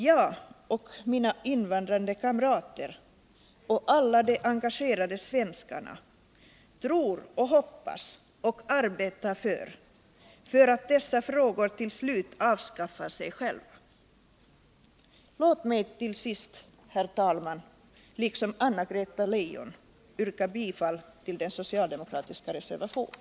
Jag och mina invandrande kamrater och alla de engagerade svenskarna tror och hoppas och arbetar för att dessa frågor till slut skall avskaffa sig själva. Låt mig till sist, herr talman, liksom Anna-Greta Leijon yrka bifall till den socialdemokratiska reservationen.